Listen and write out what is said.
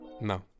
No